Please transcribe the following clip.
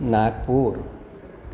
Nagpur